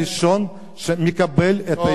שמקבל את העמדה.